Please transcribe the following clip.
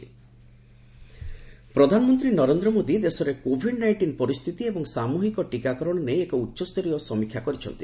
PM covid ପ୍ରଧାନମନ୍ତ୍ରୀ ନରେନ୍ଦ୍ର ମୋଦୀ ଦେଶରେ covid nineteen ପରିସ୍ଥିତି ଏବଂ ସାମୁହିକ ଟିକାକରଣ ନେଇ ଏକ ଉଚ୍ଚସ୍ତରୀୟ ସମୀକ୍ଷା କରିଛନ୍ତି